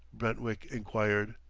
brentwick inquired.